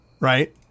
right